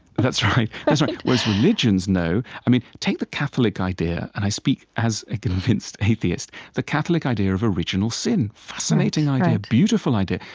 that's right. that's right. whereas religions know i mean, take the catholic idea and i speak as a convinced atheist the catholic idea of original sin, fascinating idea, beautiful idea,